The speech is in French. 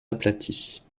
aplaties